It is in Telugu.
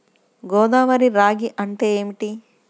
గోదావరి రాగి అంటే ఏమిటి?